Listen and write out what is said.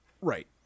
Right